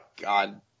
God